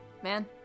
Man